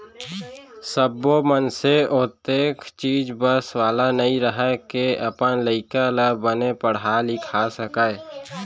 सब्बो मनसे ओतेख चीज बस वाला नइ रहय के अपन लइका ल बने पड़हा लिखा सकय